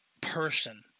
person